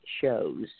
shows